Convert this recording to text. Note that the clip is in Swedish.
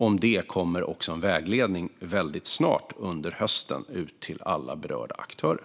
Om detta kommer väldigt snart - under hösten - en vägledning till alla berörda aktörer.